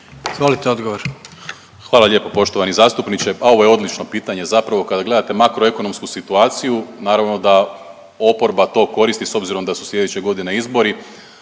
Marko** Hvala lijepo poštovani zastupniče. A ovo je odlično pitanje zapravo, kada gledate makroekonomsku situaciju naravno da oporba to koristi s obzirom da su sljedeće godine izbori